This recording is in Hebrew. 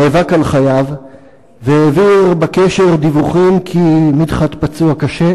נאבק על חייו והעביר בקשר דיווחים כי מדחת פצוע קשה